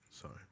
Sorry